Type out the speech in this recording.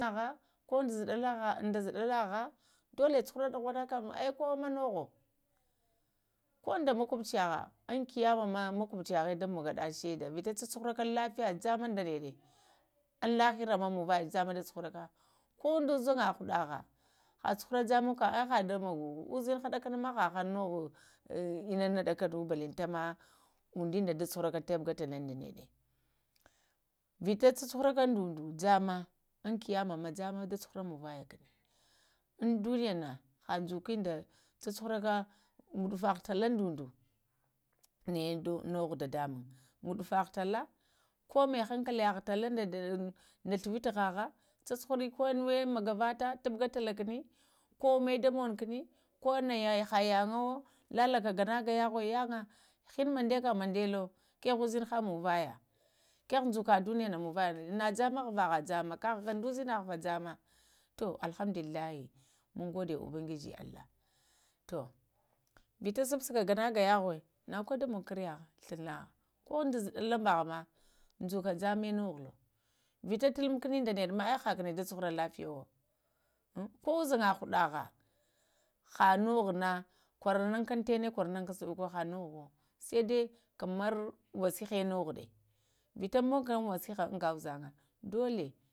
Ko kaha, ko da zəɗalanbata dolo cuhura-ɗakana ikam kowə ma novo, ko da makubciya in kiya ma makubciyaha da magada shanda vita cu-cu hara ka lafiya jamma da neɗa ŋ lahirama muvaya ya ca ma da cuhuraka, ko da uzunga huɗa ha, ha cuhura jamma kam au ha da mogoko uzinha dəkana ma hahanŋ da mo go ina na ɗakanu balantanama undinda da cuhuraka lubga tala da naɗa vita cu-cu huraka da naɗa jamma in kiya ma ma jamma da cu-huraka mun vayaka, unduniyana, ŋdukwinda ha dzəkwinda cucu-hura gudufa tala da unco naya noho adamuŋm, gudufaha tala, ko ma hankaliya tala da tuwituhaha cucuhurə konuwə ghavato tubgatala kunə, ko mai da mono kuni ko naya ha yaŋwo lalaka gana-ga yaghwa yanga hinu munva mandaka mandalo kəhe u-əzənha munvuyo kəha dzuka dunyana na jamma ghavahana, ma kava da uzəmahava jamma to alhamdulillahi mungoɗe ubangiji allah tu vita suɓ-saka gana-yaghə nago ka da mogo kara glənaha, ko da zəɗalambaha ma ŋduka jamma nuhulo vita talumun kuni da nəɗa ma əbh hakani da cu hura lafiyo, ah ko uzanga haɗaha ha nohana kwara nunka intana, kwara-nunka an suɗoko hanoho saidai kamar nasiha nuhaɗa vita mogo ka nasiha anga uzənga dola